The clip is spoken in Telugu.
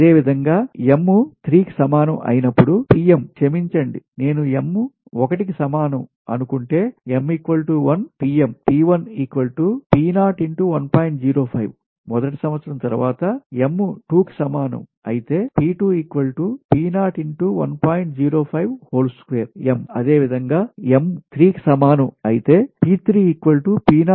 అదేవిధంగా m 3 కి సమానం ఐనపుడు Pm క్షమించండి నేను m 1 కి సమానం అనుకొంటే m1 Pm మొదటి సంవత్సరం తరువాత m 2 కి సమానం ఐతే m అదే విధంగా m 3 కు సమానం ఐతే